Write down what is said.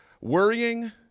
Worrying